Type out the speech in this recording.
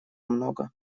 много